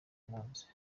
mpunzi